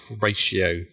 ratio